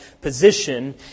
position